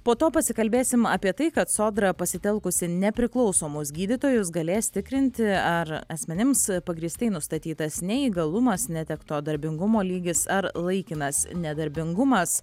po to pasikalbėsim apie tai kad sodra pasitelkusi nepriklausomus gydytojus galės tikrinti ar asmenims pagrįstai nustatytas neįgalumas netekto darbingumo lygis ar laikinas nedarbingumas